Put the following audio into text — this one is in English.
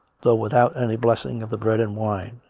though without any blessing of the bread and wine,